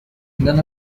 none